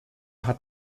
hat